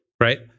right